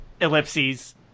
ellipses